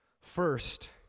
First